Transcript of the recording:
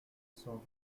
cent